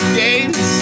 games